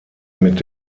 mit